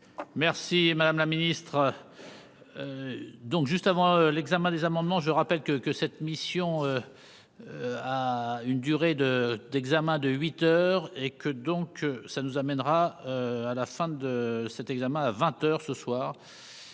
Merci madame la ministre, donc juste avant l'examen des amendements, je rappelle que que cette mission a une durée de d'examen de huit heures et que donc ça nous amènera à la fin de cet examen, à 20 heures ce soir,